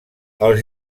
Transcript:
els